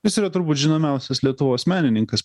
jis yra turbūt žinomiausias lietuvos menininkas